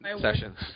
sessions